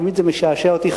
תמיד זה משעשע אותי,